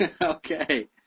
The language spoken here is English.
Okay